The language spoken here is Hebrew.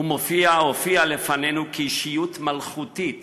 הוא הופיע לפנינו כאישיות מלכותית